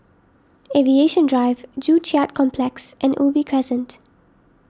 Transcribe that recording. Aviation Drive Joo Chiat Complex and Ubi Crescent